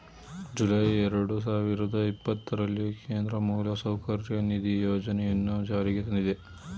July ಎರಡು ಸಾವಿರದ ಇಪ್ಪತ್ತರಲ್ಲಿ ಕೇಂದ್ರ ಮೂಲಸೌಕರ್ಯ ನಿಧಿ ಯೋಜನೆಯನ್ನು ಜಾರಿಗೆ ತಂದಿದೆ